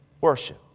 worship